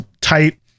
tight